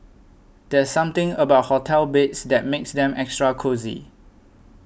there's something about hotel beds that makes them extra cosy